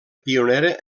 pionera